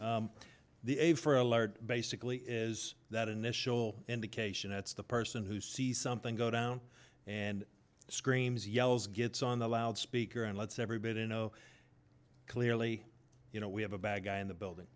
alert basically is that initial indication that's the person who sees something go down and screams yells gets on the loudspeaker and lets everybody know clearly you know we have a bad guy in the building